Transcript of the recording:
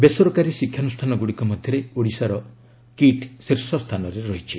ବେସରକାରୀ ଶିକ୍ଷାନୁଷ୍ଠାନଗୁଡ଼ିକ ମଧ୍ୟରେ ଓଡ଼ିଶାର କିଟ୍ ଶୀର୍ଷ ସ୍ଥାନରେ ରହିଛି